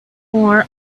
more